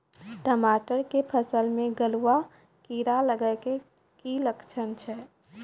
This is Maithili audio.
टमाटर के फसल मे गलुआ कीड़ा लगे के की लक्छण छै